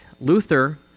Luther